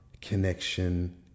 connection